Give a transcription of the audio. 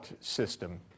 system